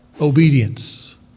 obedience